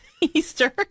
Easter